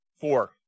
Four